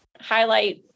highlight